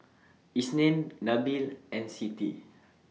Isnin Nabil and Siti